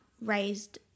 raised